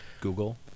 Google